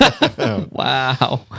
wow